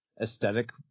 aesthetic